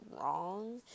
wrong